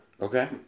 Okay